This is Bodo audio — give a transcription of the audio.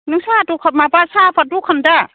नोंसा दखान माबा साह पात दखान दा